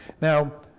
Now